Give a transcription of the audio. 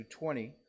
20